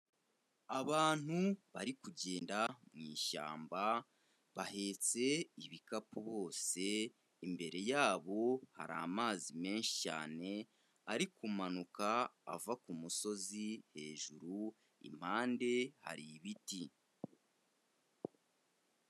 Abantu bari kugenda mu ishyamba, bahetse ibikapu bose, imbere yabo hari amazi menshi cyane, ari kumanuka ava ku musozi hejuru, impande hari ibiti.